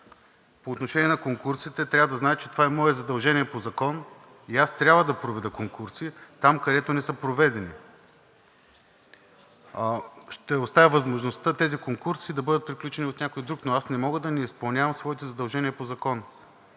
По отношение на конкурсите трябва да знаете, че това е мое задължение по закон и аз трябва да проведа конкурси там, където не са проведени. Ще оставя възможността тези конкурси да бъдат приключени от някой друг, но аз не мога да не изпълнявам своите задължения по закон